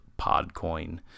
Podcoin